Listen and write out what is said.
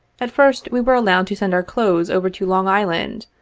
at first, we were allowed to send our clothes over to long island,